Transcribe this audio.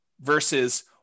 versus